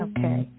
Okay